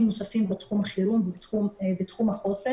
נוספים בתחום החירום ובתחום החוסן.